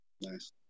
Nice